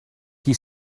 qui